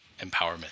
empowerment